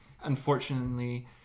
Unfortunately